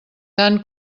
tan